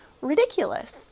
ridiculous